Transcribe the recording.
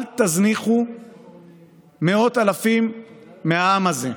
אל תזניחו מאות אלפים מהעם הזה.